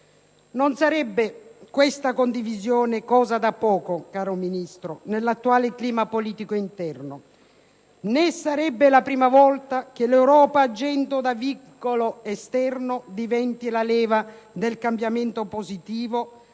Non sarebbe questa condivisione cosa da poco, caro Ministro, nell'attuale clima politico interno, né sarebbe la prima volta che l'Europa agendo da vincolo esterno diventa la leva del cambiamento positivo